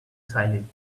silent